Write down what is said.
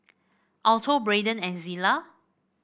Alto Braydon and Zillah